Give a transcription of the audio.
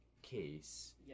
case